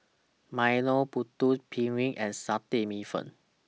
Milo Putu Piring and Satay Bee Hoon